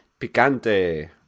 Picante